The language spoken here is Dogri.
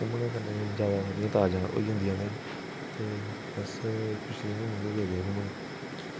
घूमने फिरने दी य़ादा ताजा होई जंदियां ना ते अस पिछले म्हीने बी गेदे घूमन